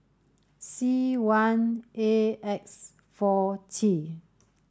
C one A X four T